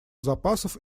запасов